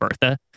Bertha